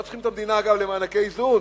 לא צריכים את המדינה, אגב, למענקי איזון.